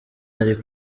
ari